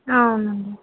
అవును అండి